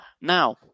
now